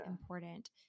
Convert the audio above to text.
important